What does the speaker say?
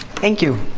thank you.